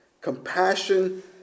Compassion